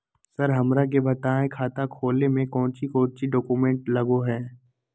Sir हमरा के बताएं खाता खोले में कोच्चि कोच्चि डॉक्यूमेंट लगो है?